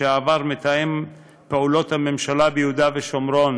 לשעבר מתאם פעולות הממשלה ביהודה ושומרון